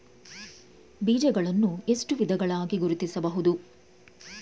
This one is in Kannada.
ಬೀಜಗಳನ್ನು ಎಷ್ಟು ವಿಧಗಳಾಗಿ ಗುರುತಿಸಬಹುದು?